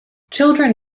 children